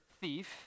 thief